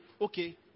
okay